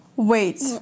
Wait